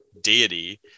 deity